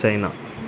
China